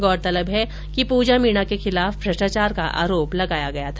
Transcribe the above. गौरतलब है कि पूजा मीणा के खिलाफ भ्रष्टाचार का आरोप लगाया गया था